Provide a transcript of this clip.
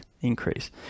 increase